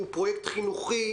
הוא פרויקט חינוכי,